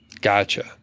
Gotcha